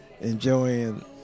enjoying